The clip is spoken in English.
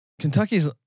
Kentucky's